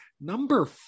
number